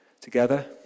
together